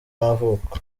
y’amavuko